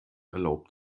erlaubt